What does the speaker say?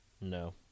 no